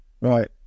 Right